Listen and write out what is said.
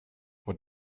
what